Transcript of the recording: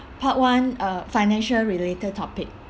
part one uh financial related topic